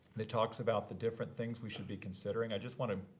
that talks about the different things we should be considering. i just want to,